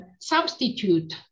substitute